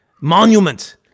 Monument